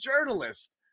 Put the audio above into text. journalist